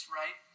right